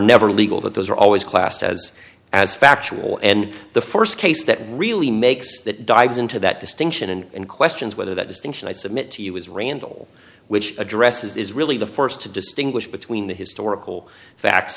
never legal that those are always classed as as factual and the st case that really makes that dives into that distinction and questions whether that distinction i submit to you is randall which addresses is really the st to distinguish between the historical facts